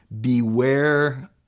Beware